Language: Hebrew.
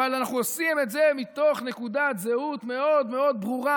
אבל אנחנו עושים את זה מתוך נקודת זהות מאוד מאוד ברורה,